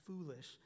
foolish